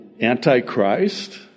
Antichrist